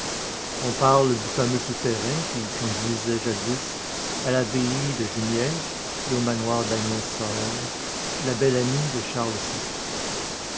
on parle du fameux souterrain qui conduisait jadis à l'abbaye de jumièges et au manoir d'agnès sorel la belle amie de charles